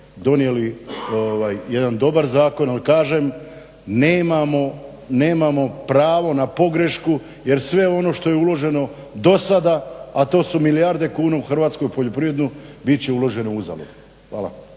donijeli jedan dobar zakon. Ali kažem nemamo pravo na pogrešku jer sve ono što je uloženo dosada, a to su milijarde kuna u Hrvatskoj u poljoprivredu, bit će uložene uzalud. Hvala.